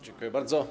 Dziękuję bardzo.